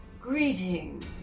Greetings